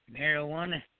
Marijuana